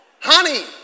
honey